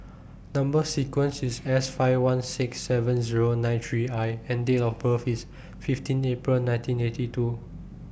Number sequence IS S five one six seven Zero nine three I and Date of birth IS fifteen April nineteen eighty two